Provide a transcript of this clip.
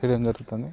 చేయటం జరుగుతుంది